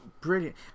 brilliant